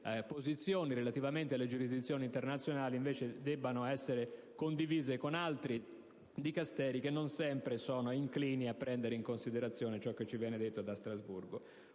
posizioni relativamente alla giurisdizione internazionale siano condivise con altri Dicasteri, che non sempre sono inclini a prendere in considerazione ciò che ci viene detto da Strasburgo.